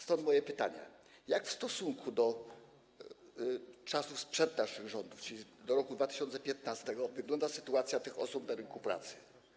Stąd moje pytanie: Jak w stosunku do czasu sprzed naszych rządów, czyli do roku 2015, wygląda sytuacja tych osób na rynku pracy?